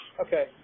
Okay